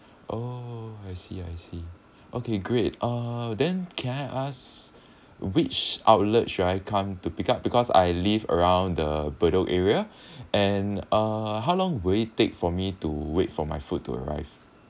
oh I see I see okay great uh then can I ask which outlet should I come to pick up because I live around the bedok area and uh how long will it take for me to wait for my food to arrive